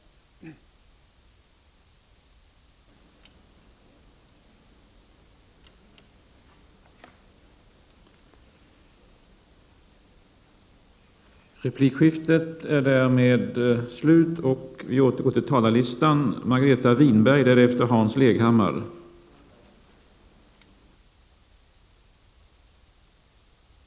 29 november 1989